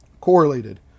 correlated